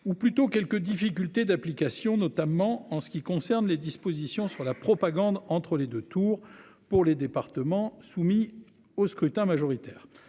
ou plutôt quelques difficultés d'application, notamment en ce qui concerne les dispositions sur la propagande entre les 2 tours pour les départements soumis au scrutin majoritaire.